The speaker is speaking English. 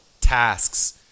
tasks